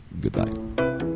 goodbye